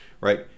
right